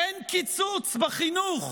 אין קיצוץ בחינוך.